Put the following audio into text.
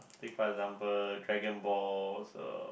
take for example Dragonball's uh